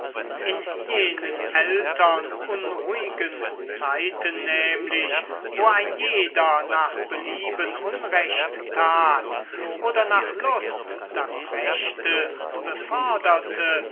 in jenen ältern unruhigen zeiten nämlich wo ein jeder nach belieben unrecht tat oder nach lust das rechte beförderte